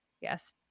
yes